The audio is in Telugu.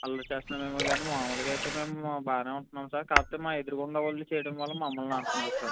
అల్లరి చేస్తున్నామేమో కానీ మామూలుగా అయితే మేము బాగానే ఉంటున్నాము సార్ కాకపోతే మా ఎదురుగుండా వాళ్ళు చేయడం వల్ల మమ్మల్ని అంటున్నారు సార్